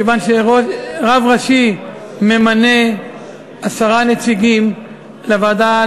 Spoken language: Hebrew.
מכיוון שרב ראשי ממנה עשרה נציגים לוועדה,